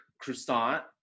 croissant